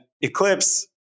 Eclipse